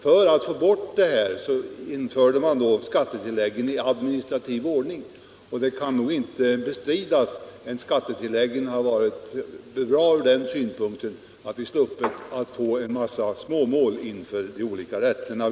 För att få bort detta infördes skattetilläggen i administrativ ordning. Det kan nog inte bestridas att skattetilläggen har varit bra även ur den synpunkten att vi därigenom sluppit dra en mängd småmål inför de olika rätterna.